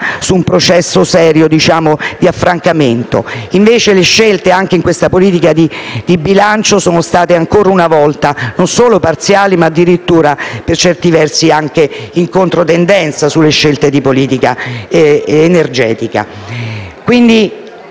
su un processo serio di affrancamento. Invece le scelte, anche in questa politica di bilancio, sono state ancora una volta non solo parziali ma per certi versi addirittura in controtendenza rispetto a scelte di politica energetica.